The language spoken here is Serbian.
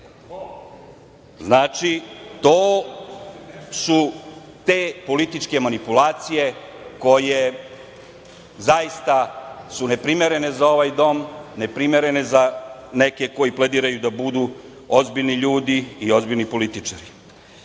top? Znači, to su te političke manipulacije koje zaista su neprimerene za ovaj dom, neprimerene za neke koji planiraju da budu ozbiljni ljudi i ozbiljni političari. Kaže